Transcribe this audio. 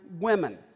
women